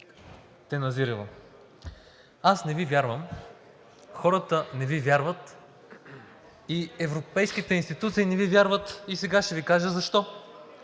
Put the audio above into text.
Каназирева, аз не Ви вярвам, хората не Ви вярват и европейските институции не Ви вярват и сега ще Ви кажа защо.